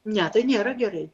ne tai nėra gerai